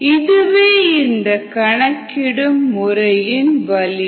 இதுவே இந்த கணக்கிடும் முறையின் வலிமை